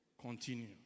continue